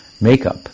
makeup